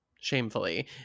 Shamefully